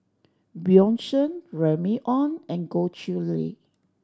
Bjorn Shen Remy Ong and Goh Chiew Lye